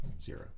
zero